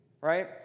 Right